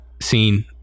scene